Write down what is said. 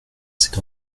cette